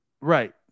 Right